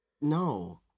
No